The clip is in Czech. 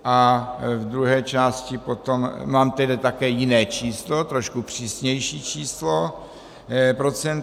V druhé části potom mám tedy také jiné číslo, trošku přísnější číslo, procento.